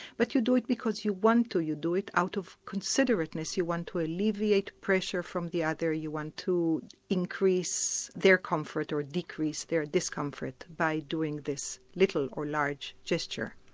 but you do it because you want to you do it out of considerateness, you want to alleviate pressure from the other, you want to increase their comfort or decrease their discomfort by doing this little or large gesture.